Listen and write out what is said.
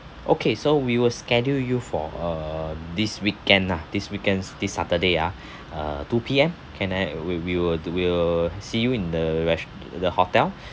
okay so we will schedule you for uh this weekend lah this weekend's this saturday ah uh two P_M can I will we will do we'll see you in the res~ the hotel